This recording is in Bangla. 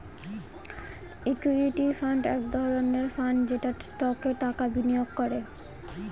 ইকুইটি ফান্ড এক ধরনের ফান্ড যেটা স্টকে টাকা বিনিয়োগ করে